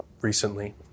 recently